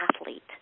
athlete